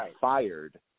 fired